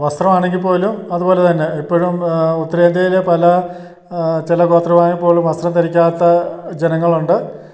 വസ്ത്രം ആണെങ്കിൽപ്പോലും അതുപോലെ തന്നെ ഇപ്പോഴും ഉത്തരേന്ത്യയിലെ പല ചില ഗോത്രവിഭാഗങ്ങളിൽപ്പോലും വസ്ത്രം ധരിക്കാത്ത ജനങ്ങളുണ്ട്